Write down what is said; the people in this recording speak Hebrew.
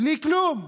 בלי כלום.